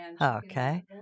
Okay